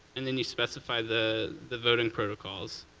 and then you specify the the voting protocols.